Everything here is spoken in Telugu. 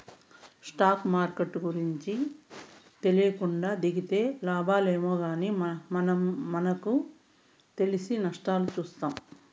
స్టాక్ మార్కెట్ల గూర్చి తెలీకుండా దిగితే లాబాలేమో గానీ మనకు తెలిసి నష్టాలు చూత్తాము